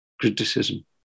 criticism